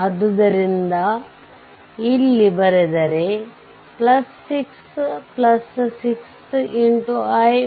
ಆದ್ದರಿಂದ ಇಲ್ಲಿ ಬರೆದರೆ 6 6 i